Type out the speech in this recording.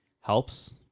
helps